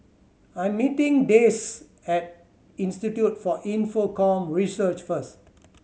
I'm meeting Dayse at Institute for Infocomm Research first